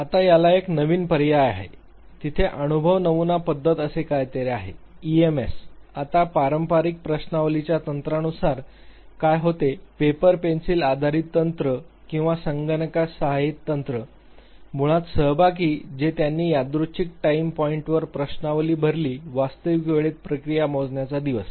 आता याला एक नवीन पर्याय आहे तिथे अनुभव नमूना पद्धत असे काहीतरी आहे ईएसएम आता पारंपारिक प्रश्नावलीच्या तंत्रानुसार काय होते पेपर पेन्सिल आधारित तंत्र किंवा संगणकास सहाय्यित तंत्र मुळात सहभागी जे त्यांनी यादृच्छिक टाइम पॉइंटवर प्रश्नावली भरली वास्तविक वेळेत प्रक्रिया मोजण्याचा दिवस